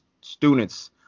students